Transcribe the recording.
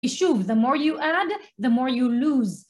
ושוב, the more you add, the more you lose.